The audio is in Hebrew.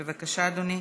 בבקשה, אדוני.